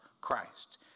Christ